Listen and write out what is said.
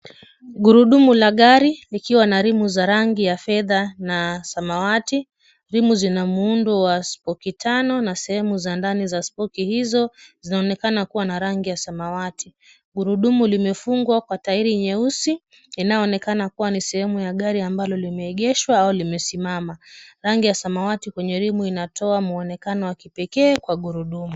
Gurudumu la gari likiwa na rimu za rangi ya fedha na samawati. Rimu zina muundo wa spoki tano na sehemu za ndani za spoki hizo zinaonekana kuwa na rangi ya samawati. Gurudumu limefungwa kwa tairi nyeusi, inayoonekana kuwa ni sehemu ya gari ambalo limeegeshwa au limesimama. Rangi ya samawati kwenye rimu inatoa muonekano wa kipekee kwa gurudumu.